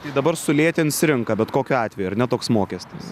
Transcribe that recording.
tai dabar sulėtins rinką bet kokiu atveju ar ne toks mokestis